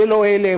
לא אלה,